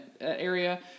area